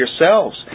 yourselves